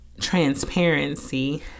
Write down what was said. transparency